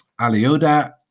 Alioda